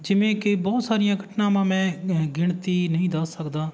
ਜਿਵੇਂ ਕਿ ਬਹੁਤ ਸਾਰੀਆਂ ਘਟਨਾਵਾਂ ਮੈਂ ਗਿਣਤੀ ਨਹੀਂ ਦੱਸ ਸਕਦਾ